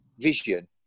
vision